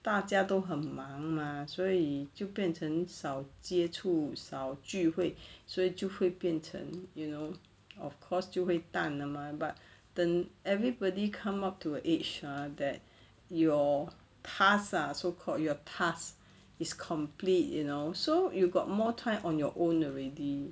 大家都很忙 mah 所以就变成少接触少聚会所以就会变成 you know of course 就会淡的 mah but 等 everybody come up to age ah that your task lah so called you task is complete you know so you got more time on your own already